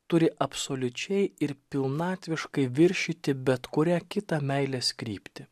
turi absoliučiai ir pilnatviškai viršyti bet kurią kitą meilės kryptį